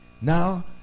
Now